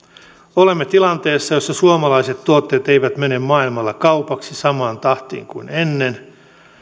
olemme tilanteessa jossa suomalaiset tuotteet eivät mene maailmalla kaupaksi samaan tahtiin kuin ennen